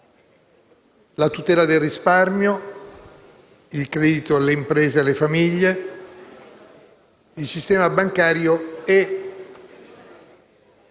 la tutela del risparmio, il credito alle imprese e alle famiglie, il sistema bancario e